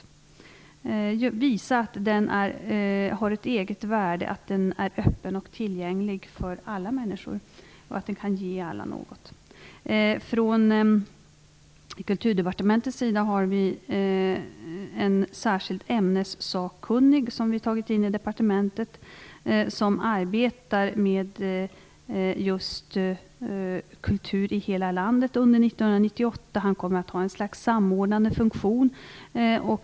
De skall visa att den har ett eget värde, är öppen och tillgänglig för alla människor och att den kan ge alla något. Från Kulturdepartementets sida har vi en särskild ämnessakkunnig som vi tagit in i departementetet som arbetar med just kultur i hela landet under 1998. Han kommer att ha ett slags samordnande funktion.